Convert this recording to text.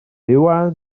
iwan